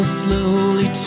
slowly